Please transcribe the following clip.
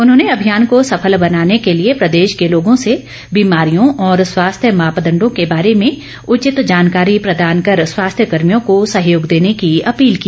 उन्होंने अभियान को सफल बनाने के लिए प्रदेश के लोगों से बीमारियों और स्वास्थ्य मापदंडों के बारे में उचित जानकारी प्रदान कर स्वास्थ्य कर्मियों को सहयोग देने की अपील की